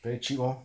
then 去 lor